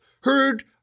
heard